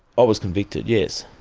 i was convicted yes.